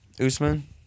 Usman